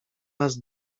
raz